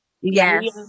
Yes